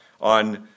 on